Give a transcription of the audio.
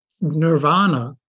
Nirvana